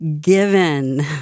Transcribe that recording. given